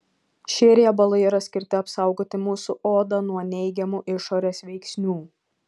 šie riebalai yra skirti apsaugoti mūsų odą nuo neigiamų išorės veiksnių